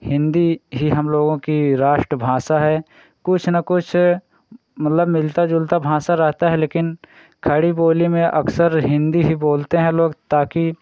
हिन्दी ही हम लोगों की राष्ट्र भाषा है कुछ ना कुछ मतलब मिलता जुलता भाषा रहती है लेकिन खड़ी बोली में अक्सर हिन्दी ही बोलते हैं लोग ताकि